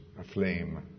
aflame